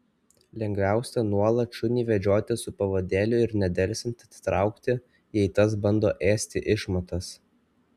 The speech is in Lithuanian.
lengviausia nuolat šunį vedžioti su pavadėliu ir nedelsiant atitraukti jei tas bando ėsti išmatas